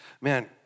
man